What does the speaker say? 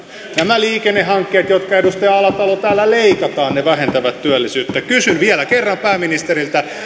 nämä liikennehankkeet jotka edustaja alatalo täällä leikataan vähentävät työllisyyttä kysyn vielä kerran pääministeriltä